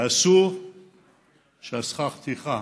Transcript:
שאסור ששכר הטרחה